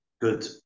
Good